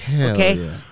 Okay